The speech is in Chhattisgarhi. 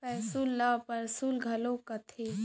पैसुल ल परसुल घलौ कथें